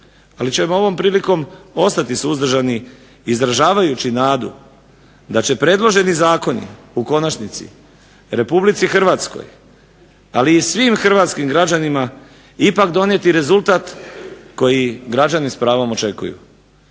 ali ćemo ovom prilikom ostati suzdržani izražavajući nadu da će predloženi zakoni u konačnici Republici Hrvatskoj, ali i svim hrvatskim građanima, ipak donijeti rezultat koji građani s pravom očekuju.